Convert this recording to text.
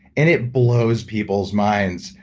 and it blows people's minds,